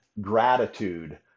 gratitude